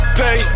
pay